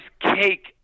cake